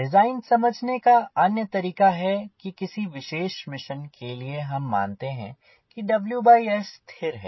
design समझने का अन्य तरीका है कि किसी विशेष मिशन के लिए हम मानते हैं कि WS स्थिर है